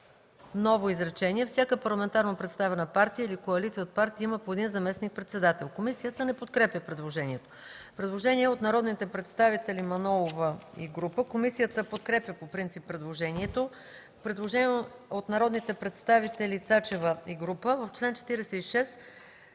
ново изречение: „Всяка парламентарно представена партия или коалиция от партии има по един заместник-председател.” Комисията не подкрепя предложението. Предложение от Мая Манолова и група народни представители. Комисията подкрепя по принцип предложението. Предложение от народните представители Цецка Цачева и група народни